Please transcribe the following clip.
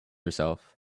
herself